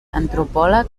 antropòleg